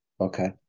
Okay